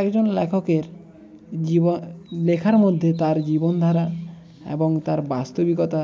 একজন লেখকের লেখার মধ্যে তার জীবনধারা এবং তার বাস্তবিকতা